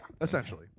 essentially